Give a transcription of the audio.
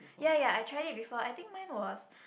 ya ya I tried it before I think mine was